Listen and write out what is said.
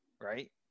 Right